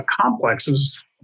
complexes